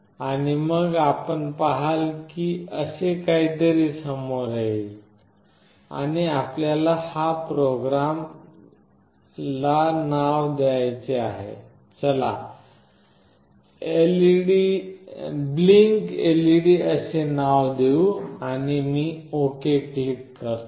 आणि मग आपण पहाल की असे काहीतरी समोर येईल आणि आपल्याला या प्रोग्रामला नाव द्यायचे आहे चला blinkLED असे नाव देऊ आणि मी ओके क्लिक करतो